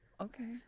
okay